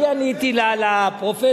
אני עניתי לפרופסור,